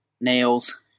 Nails